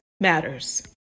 matters